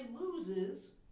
loses